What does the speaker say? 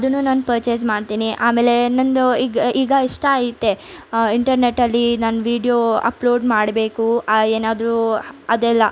ಅದೂ ನಾನು ಪರ್ಚೇಸ್ ಮಾಡ್ತೀನಿ ಆಮೇಲೆ ನನ್ನದು ಈಗ ಈಗ ಇಷ್ಟ ಐತೆ ಇಂಟರ್ನೆಟಲ್ಲಿ ನನ್ನ ವೀಡಿಯೊ ಅಪ್ಲೋಡ್ ಮಾಡಬೇಕು ಏನಾದರೂ ಅದೆಲ್ಲ